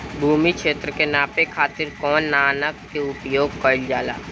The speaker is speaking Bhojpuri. भूमि क्षेत्र के नापे खातिर कौन मानक के उपयोग कइल जाला?